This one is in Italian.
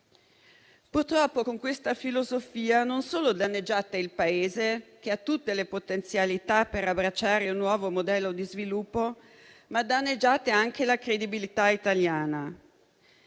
Purtroppo con questa filosofia non solo danneggiate il Paese, che ha tutte le potenzialità per abbracciare il nuovo modello di sviluppo, ma danneggiate anche la credibilità italiana.